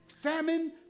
famine